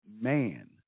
man